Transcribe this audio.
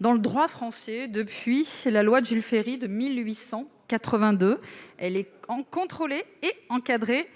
dans le droit français depuis la loi de Jules Ferry de 1882. Elle est contrôlée et encadrée